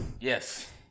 Yes